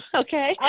okay